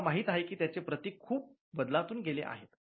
तुम्हाला माहित आहे की त्यांचे प्रतीक खूप बदलातून गेले आहे